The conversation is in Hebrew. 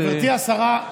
השרה,